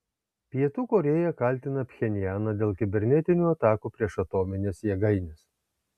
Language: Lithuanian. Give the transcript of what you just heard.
pietų korėja kaltina pchenjaną dėl kibernetinių atakų prieš atomines jėgaines